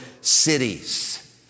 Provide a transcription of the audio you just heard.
cities